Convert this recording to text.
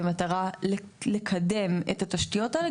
במטרה לקדם את התשתיות האלה,